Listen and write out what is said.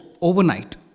overnight